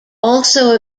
also